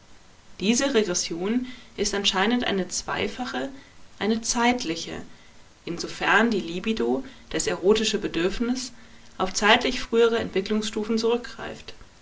diese regression ist anscheinend eine zweifache eine zeitliche insofern die libido das erotische bedürfnis auf zeitlich frühere entwicklungsstufen zurückgreift